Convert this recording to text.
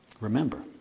Remember